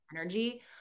energy